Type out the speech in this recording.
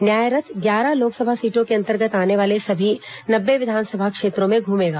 न्याय रथ ग्यारह लोकसभा सीटों के अंतर्गत आने वाले सभी नब्बे विधानसभा क्षेत्रों में घूमेगा